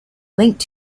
linked